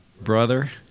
brother